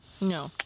No